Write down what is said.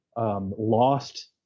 lost